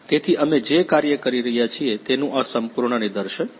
તેથી અમે જે કાર્ય કરી રહ્યા છીએ તેનું આ સંપૂર્ણ નિદર્શન છે